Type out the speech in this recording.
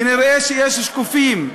נראה שיש שקופים: